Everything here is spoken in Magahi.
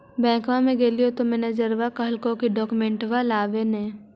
बैंकवा मे गेलिओ तौ मैनेजरवा कहलको कि डोकमेनटवा लाव ने?